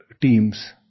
teams